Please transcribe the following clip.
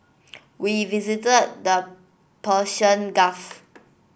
we visited the Persian Gulf